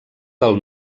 del